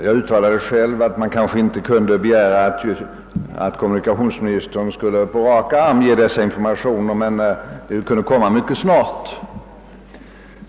Jag sade själv att man kanske inte kunde begära att kommunikationsministern skulle kunna lämna dessa informationer på rak arm men ansåg att de borde kunna lämnas ganska snart.